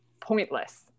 pointless